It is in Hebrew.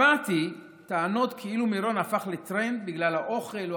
שמעתי טענות כאילו מירון הפך לטרנד בגלל האוכל או